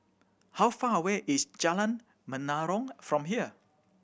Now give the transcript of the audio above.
how far away is Jalan Menarong from here